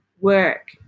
work